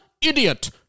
Idiot